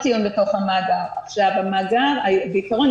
בעיקרון,